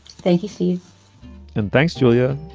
thank you, steve and thanks, julia.